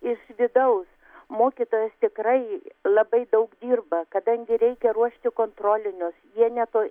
iš vidaus mokytojas tikrai labai daug dirba kadangi reikia ruošti kontrolinius jie ne to